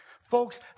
Folks